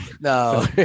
no